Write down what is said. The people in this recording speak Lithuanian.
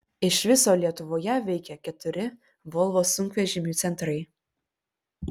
iš viso lietuvoje veikia keturi volvo sunkvežimių centrai